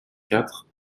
quatre